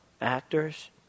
Actors